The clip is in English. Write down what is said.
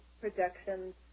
projections